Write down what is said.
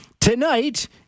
tonight